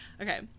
Okay